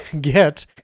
get